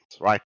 right